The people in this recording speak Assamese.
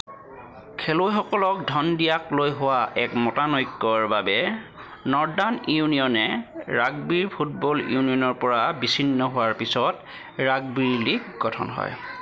খেলুৱৈসকলক ধন দিয়াক লৈ হোৱা এক মতানৈক্যৰ বাবে নৰ্দাৰ্ণ ইউনিয়নে ৰাগবী ফুটবল ইউনিয়নৰ পৰা বিচ্ছিন্ন হোৱাৰ পিছত ৰাগবী লীগ গঠন হয়